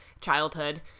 childhood